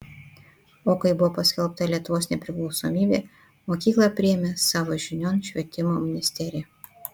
o kai buvo paskelbta lietuvos nepriklausomybė mokyklą priėmė savo žinion švietimo ministerija